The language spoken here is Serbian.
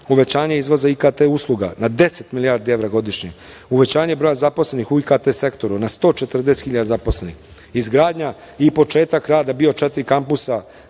uvećanje izvoza IKT usluga na 10 milijardi evra godišnje, uvećanje broja zaposlenih u IKT sektoru na 140 hiljada zaposlenih, izgradnja i početak rada BIO4 kampusa,